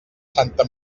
santa